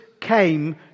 came